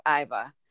Iva